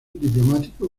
diplomático